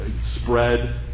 spread